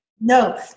No